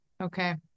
Okay